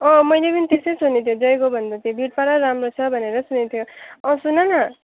अँ मैले पनि त्यस्तै सुनेको थिएँ जायगाउँभन्दा चाहिँ बिरपाडै राम्रो छ भनेर सुनेको थिएँ अँ सुन न